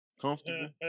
comfortable